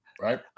right